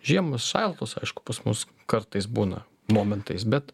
žiemos šaltos aišku pas mus kartais būna momentais bet